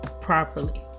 properly